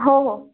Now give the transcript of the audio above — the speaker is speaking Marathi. हो हो